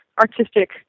artistic